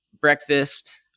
breakfast